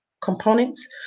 components